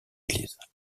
église